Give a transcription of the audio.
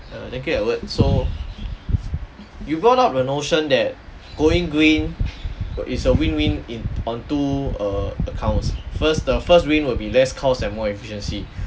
err thank you edward so you brought up the notion that going green but it's a win win in onto err accounts first the first win will be less cost and more efficiency